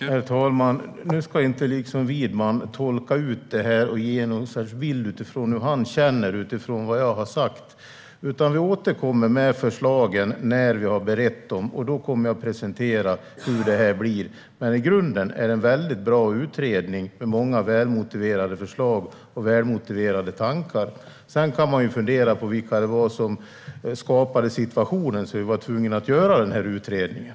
Herr talman! Nu ska inte Widman liksom tolka ut detta och ge något slags bild utifrån hur han känner och utifrån vad jag har sagt. Vi återkommer med förslagen när vi har berett dem, och då kommer jag att presentera hur detta blir. I grunden är det dock en väldigt bra utredning med många välmotiverade förslag och välmotiverade tankar. Sedan kan man ju fundera på vilka det var som skapade den situation som tvingade oss att låta göra utredningen.